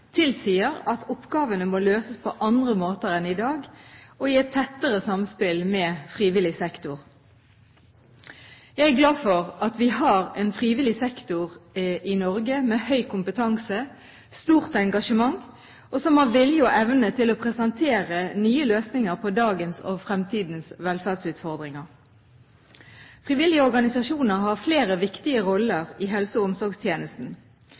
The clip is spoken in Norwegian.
tilsier at oppgavene må løses på andre måter enn i dag, og i et tettere samspill med frivillig sektor. Jeg er glad for at vi i Norge har en frivillig sektor med høy kompetanse og stort engasjement, og som har vilje og evne til å presentere nye løsninger på dagens og fremtidens velferdsutfordringer. Frivillige organisasjoner har flere viktige roller i helse- og omsorgstjenesten.